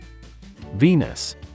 Venus